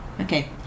Okay